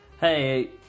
hey